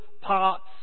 parts